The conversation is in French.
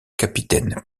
capitaine